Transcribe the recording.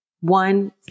one